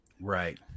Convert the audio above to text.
right